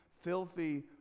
filthy